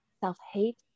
self-hate